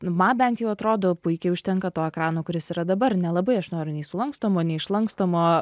man bent jau atrodo puikiai užtenka to ekrano kuris yra dabar nelabai aš noriu nei sulankstomo nei išlankstomo